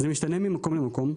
זה משתנה ממקום למקום.